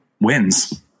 wins